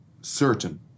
certain